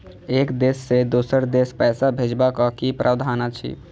एक देश से दोसर देश पैसा भैजबाक कि प्रावधान अछि??